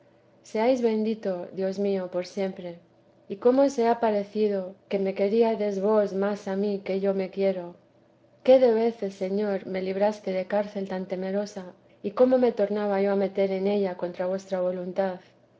seáis bendito dios mío por siempre y cómo se ha parecido que me queríades vos mucho más a mí que yo me quiero qué de veces señor me librastes de cárcel tan temerosa y cómo me tornaba yo a meter en ella contra vuestra voluntad